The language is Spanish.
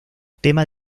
tema